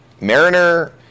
Mariner